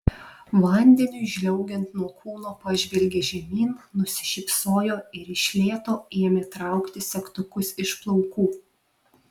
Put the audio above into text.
vandeniui žliaugiant nuo kūno pažvelgė žemyn nusišypsojo ir iš lėto ėmė traukti segtukus iš plaukų